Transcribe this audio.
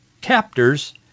captors